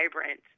vibrant